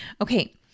Okay